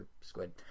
Squid